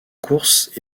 courses